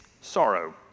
sorrow